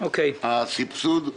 הסבסוד.